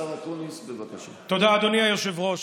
תודה, אדוני היושב-ראש.